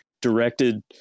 directed